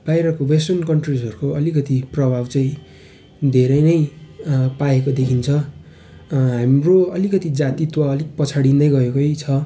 बाहिरको वेस्टर्न कन्ट्रीजहरूको अलिकति प्रभाव चाहिँ धेरै नैँ अँ पाएको देखिन्छ अँ हाम्रो अलिकति जातित्व अलिक पछाडिँदै गएकै छ